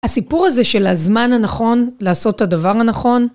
הסיפור הזה של הזמן הנכון לעשות את הדבר הנכון